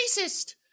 racist